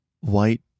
white